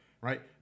right